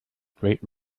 great